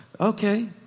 okay